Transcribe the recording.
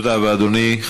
תודה רבה, אדוני.